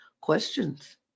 Questions